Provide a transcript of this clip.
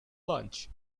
lunch